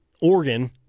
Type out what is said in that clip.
Oregon